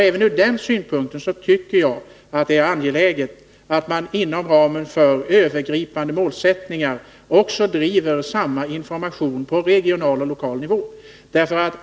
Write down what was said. Även ur den synpunkten tycker jag att det är angeläget att man inom ramen för övergripande målsättningar också ger samma information på regional och lokal nivå.